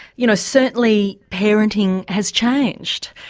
you know certainly parenting has changed.